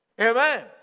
Amen